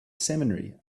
seminary